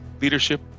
leadership